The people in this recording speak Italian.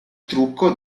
trucco